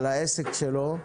על העסק שלו,